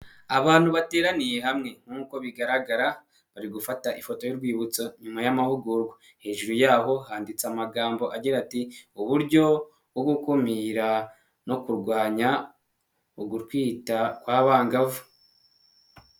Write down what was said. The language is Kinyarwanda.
Abantu bateraniye hamwe nk'uko bigaragara, bari gufata ifoto y'urwibutso nyuma y'amahugurwa hejuru yaho handitse amagambo agira ati "uburyo bwo gukumira no kurwanya ugutwita kw'abangavu."